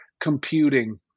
computing